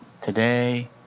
today